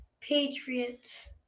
Patriots